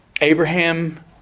Abraham